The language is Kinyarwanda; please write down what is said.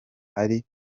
ari